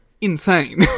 insane